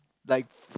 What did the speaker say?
like